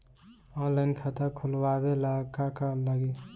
Online खाता खोलबाबे ला का का लागि?